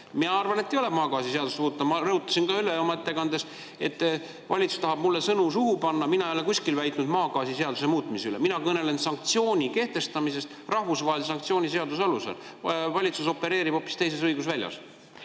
Mina arvan, et maagaasiseadust ei ole vaja muuta. Ma rõhutasin ka oma ettekandes, et valitsus tahab mulle sõnu suhu panna, mina ei ole kusagil rääkinud maagaasiseaduse muutmisest, mina kõnelen sanktsiooni kehtestamisest rahvusvahelise sanktsiooni seaduse alusel. Valitsus opereerib hoopis teises õigusväljas.